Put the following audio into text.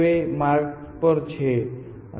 મોટે ભાગે અડધા રસ્તે તમે તેના મૂલ્યો જુઓ છો